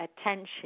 attention